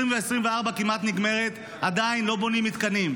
2024 כמעט נגמרת, ועדיין לא בונים מתקנים.